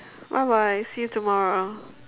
bye bye see you tomorrow